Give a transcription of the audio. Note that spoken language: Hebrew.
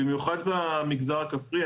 במיוחד במגזר הכפרי.